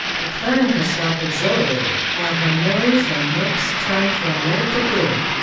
declaring herself exhilarated, while her nose and lips turned from red to blue,